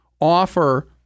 offer